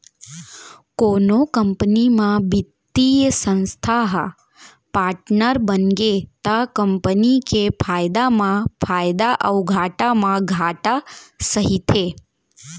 कोनो कंपनी म बित्तीय संस्था ह पाटनर बनगे त कंपनी के फायदा म फायदा अउ घाटा म घाटा सहिथे